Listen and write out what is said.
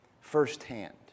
firsthand